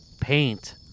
paint